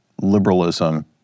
liberalism